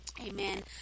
Amen